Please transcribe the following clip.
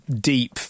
deep